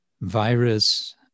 virus